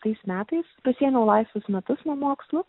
tais metais pasiėmiau laisvus metus nuo mokslų